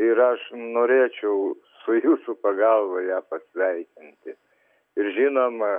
ir aš norėčiau su jūsų pagalba ją pasveikinti ir žinoma